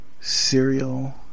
cereal